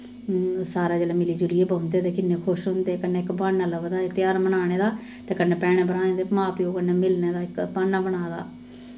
सारे जेल्लै मिली जुलियै बौंह्दे ते किन्ने खुश होंदे कन्नै इक ब्हान्ना लभदा ऐ तेहार बनाने दा ते कन्नै भैनें भ्राएं ते मां प्यो कन्नै मिलने दा इक ब्हान्ना बनाए दा